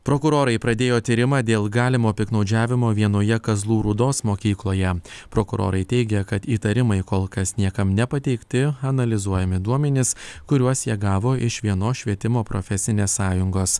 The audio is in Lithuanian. prokurorai pradėjo tyrimą dėl galimo piktnaudžiavimo vienoje kazlų rūdos mokykloje prokurorai teigia kad įtarimai kol kas niekam nepateikti analizuojami duomenys kuriuos jie gavo iš vienos švietimo profesinės sąjungos